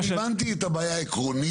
אני הבנתי את הבעיה העקרונית.